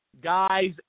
guys